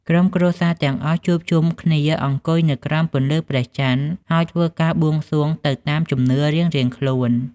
ក្រុមគ្រួសារទាំងអស់ជួបជុំគ្នាអង្គុយនៅក្រោមពន្លឺព្រះច័ន្ទ ហើយធ្វើការបួងសួងទៅតាមជំនឿរៀងៗខ្លួន។